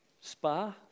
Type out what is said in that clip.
spa